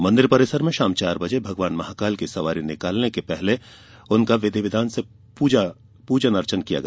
मंदिर परिसर से शाम चार बजे भगवान महाकाल की सवारी निकलने के पहले उनका विधि विधान से पूजन अर्चन किया गया